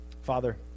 Father